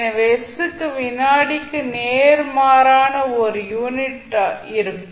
எனவே s க்கு வினாடிக்கு நேர்மாறான ஒரு யூனிட் இருக்கும்